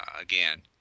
again